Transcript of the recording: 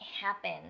happen